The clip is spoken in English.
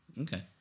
Okay